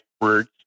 words